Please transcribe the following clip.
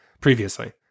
previously